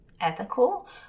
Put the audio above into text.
ethical